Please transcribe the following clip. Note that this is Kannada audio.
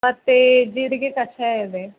ಮತ್ತು ಜೀರಿಗೆ ಕಷಾಯ ಇದೆ